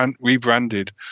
rebranded